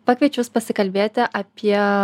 pakviečiau jus pasikalbėti apie